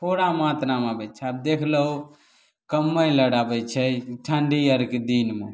थोड़ा मात्रामे अबै छै आब देखि लहो कम्बल आर अबैत छै ठंडी आरके दिनमे